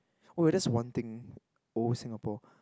oh that's one thing old Singapore